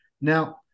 Now